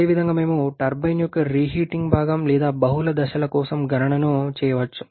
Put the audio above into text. అదేవిధంగా మేము టర్బైన్ యొక్క రీహీటింగ్ భాగం లేదా బహుళ దశల కోసం గణనను చేయవచ్చు